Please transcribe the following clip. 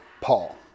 Paul